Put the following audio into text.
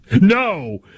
no